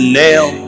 nail